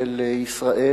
של ישראל,